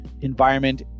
environment